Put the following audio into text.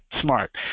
smart